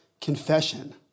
confession